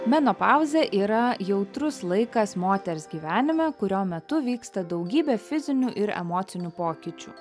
menopauzė yra jautrus laikas moters gyvenime kurio metu vyksta daugybė fizinių ir emocinių pokyčių